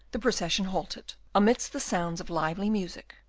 the procession halted amidst the sounds of lively music,